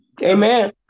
Amen